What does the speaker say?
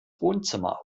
wohnzimmer